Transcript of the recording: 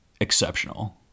exceptional